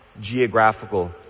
geographical